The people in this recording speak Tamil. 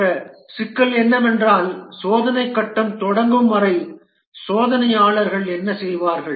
மற்ற சிக்கல் என்னவென்றால் சோதனைக் கட்டம் தொடங்கும் வரை சோதனையாளர்கள் என்ன செய்வார்கள்